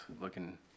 looking